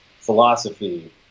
philosophy